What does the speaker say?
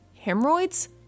Hemorrhoids